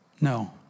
No